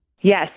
Yes